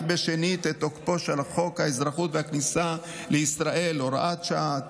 בשנית את תוקפו של חוק האזרחות והכניסה לישראל (הוראת שעה),